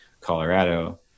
Colorado